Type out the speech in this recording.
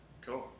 Cool